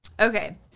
Okay